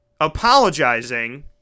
apologizing